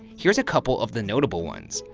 here's a couple of the notable ones.